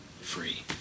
free